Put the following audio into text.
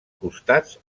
costats